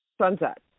sunset